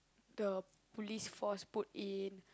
the Police Force put in